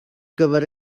gyfer